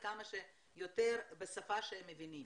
וכמה שיותר בשפה שהם מבינים.